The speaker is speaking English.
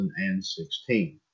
2016